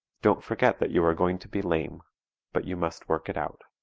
don't forget that you are going to be lame but you must work it out.